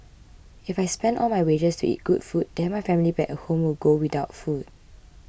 if I spend all my wages to eat good food then my family back at home will go without food